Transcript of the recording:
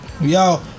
Yo